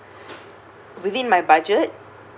within my budget